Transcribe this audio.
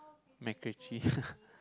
MacRitchie